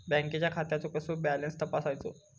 बँकेच्या खात्याचो कसो बॅलन्स तपासायचो?